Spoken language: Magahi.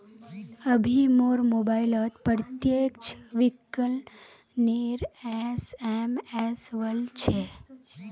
अभी मोर मोबाइलत प्रत्यक्ष विकलनेर एस.एम.एस वल छ